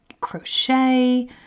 crochet